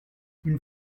une